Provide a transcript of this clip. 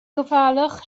gofalwch